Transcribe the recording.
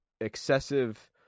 excessive